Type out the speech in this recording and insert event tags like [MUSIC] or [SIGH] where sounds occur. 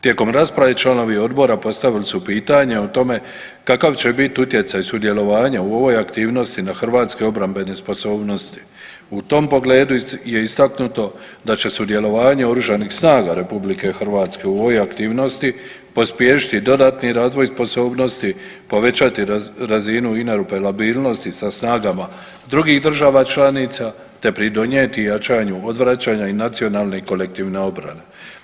Tijekom rasprave, članovi Odbora postavili su pitanje o tome kakav će biti utjecaj sudjelovanja u ovoj aktivnosti na hrvatske obrambene sposobnosti, u tom pogledu je istaknuto da će sudjelovanje OSRH-a u ovoj aktivnosti pospješiti dodatni razvoj sposobnosti, povećati razinu ... [UNINTELLIGIBLE] sa snagama drugih država članica te pridonijeti jačanju odvraćanja i nacionalne i kolektivne obrane.